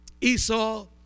Esau